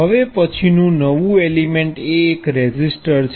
હવે પછી નુ નવુ એલિમેન્ટ એ એક રેઝિસ્ટર છે